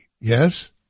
yes